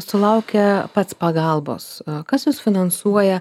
sulaukia pats pagalbos kas jus finansuoja